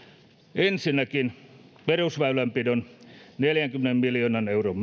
ensinnäkin perusväylänpidon neljänkymmenen miljoonan euron